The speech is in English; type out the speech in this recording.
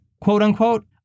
quote-unquote